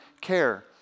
care